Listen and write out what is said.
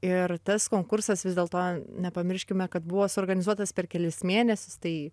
ir tas konkursas vis dėlto nepamirškime kad buvo suorganizuotas per kelis mėnesius tai